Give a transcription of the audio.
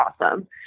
awesome